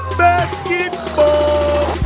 basketball